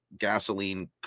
gasoline